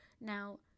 Now